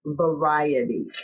variety